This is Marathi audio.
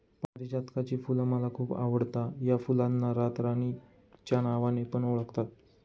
पारीजातकाची फुल मला खूप आवडता या फुलांना रातराणी च्या नावाने पण ओळखतात